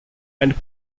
and